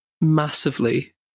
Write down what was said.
Massively